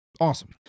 Awesome